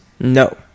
No